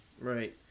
right